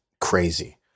crazy